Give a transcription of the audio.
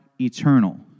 eternal